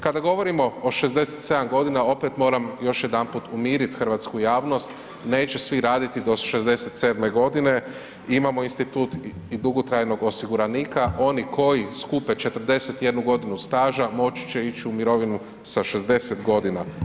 Kada govorimo o 67 godina opet moram još jedanput umirit hrvatsku javnost neće svi raditi do 67 godine, imamo institut i dugotrajnog osiguranika, oni koji skupe 41 godinu staža moći će ići u mirovinu sa 60 godina.